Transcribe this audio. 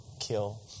kill